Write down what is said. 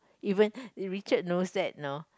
even Richard knows that know